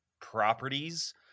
properties